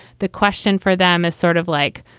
the question for them is sort of like,